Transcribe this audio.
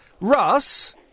Russ